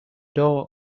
door